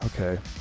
Okay